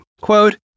quote